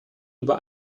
über